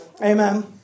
Amen